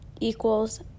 equals